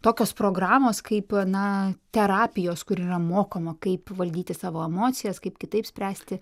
tokios programos kaip na terapijos kur yra mokoma kaip valdyti savo emocijas kaip kitaip spręsti